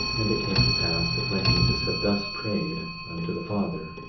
and it came to pass that when jesus had thus prayed unto the father,